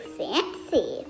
fancy